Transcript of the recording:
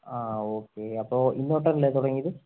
okay അപ്പം ഇന്ന് തൊട്ടല്ലേ തുടങ്ങിയത്